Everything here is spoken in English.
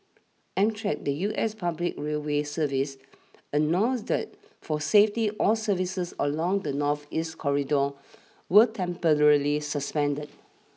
Amtrak the U S public railway service announced that for safety all services along the northeast corridor were temporarily suspended